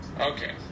Okay